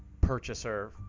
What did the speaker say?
purchaser